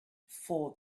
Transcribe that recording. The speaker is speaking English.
for